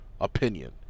Opinion